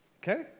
Okay